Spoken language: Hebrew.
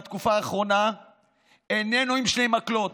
בתקופה האחרונה איננו עם שני מקלות.